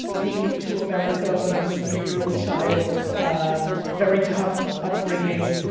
came to america when i was a three year old child, a very tough upbringing.